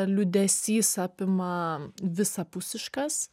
liūdesys apima visapusiškas